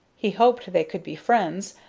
he hoped they could be friends,